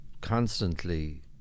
constantly